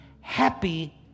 happy